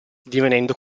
divenendo